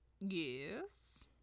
Yes